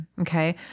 okay